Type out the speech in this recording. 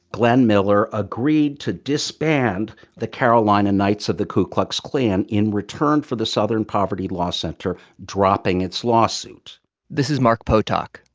glenn miller agreed to disband the carolina knights of the ku klux klan in return for the southern poverty law center dropping its lawsuit this is mark potok.